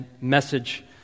message